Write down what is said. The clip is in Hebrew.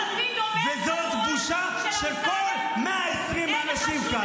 וזו בושה של כל 120 האנשים כאן.